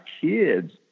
kids